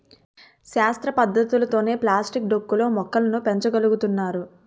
శాస్త్ర పద్ధతులతోనే ప్లాస్టిక్ డొక్కు లో మొక్కలు పెంచ గలుగుతున్నారు